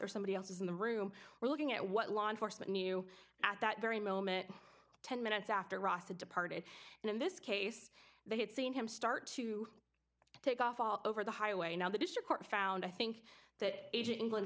or somebody else in the room were looking at what law enforcement knew at that very moment ten minutes after rasa departed and in this case they had seen him start to take off all over the highway now the district court found i think that age in england